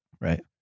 right